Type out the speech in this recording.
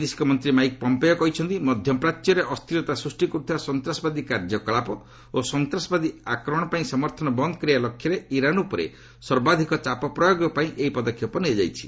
ବୈଦେଶିକ ମନ୍ତ୍ରୀ Mike Pompeo କହିଛନ୍ତି ମଧ୍ୟପ୍ରାଚ୍ୟରେ ଅସ୍ଥିରତା ସୃଷ୍ଟି କରୁଥିବା ସନ୍ତାସବାଦୀ କାର୍ଯ୍ୟକଳାପ ଓ ସନ୍ତାସବାଦୀ ଆକ୍ରମଣ ପାଇଁ ସମର୍ଥନ ବନ୍ଦ କରିବା ଲକ୍ଷ୍ୟରେ ଇରାନ ଉପରେ ସର୍ବାଧିକ ଚାପ ପ୍ରୟୋଗ ପାଇଁ ଏହି ପଦକ୍ଷେପ ନିଆଯାଇଛି